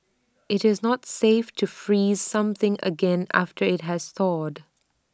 IT is not safe to freeze something again after IT has thawed